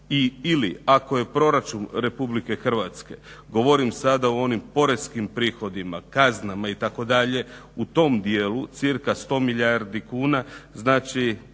ili ako je proračun RH govorim sada o onim poreskim prihodima, kaznama itd. u tom dijelu cca 100 milijardi kuna znači